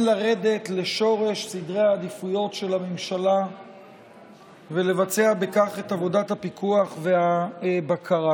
לרדת לשורש סדרי העדיפויות של הממשלה ולבצע בכך את עבודת הפיקוח והבקרה.